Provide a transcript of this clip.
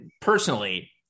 personally